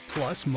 Plus